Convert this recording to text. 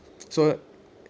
so